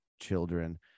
children